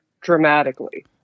dramatically